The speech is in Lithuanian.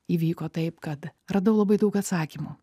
įvyko taip kad radau labai daug atsakymų